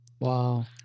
Wow